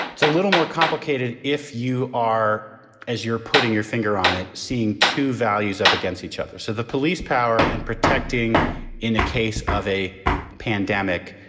it's a little more complicated if you are as you're putting your finger on it, seeing two values up against each other. so the police power and protecting in the case of a pandemic,